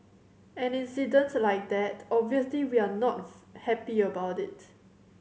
an incident like that obviously we are not happy about it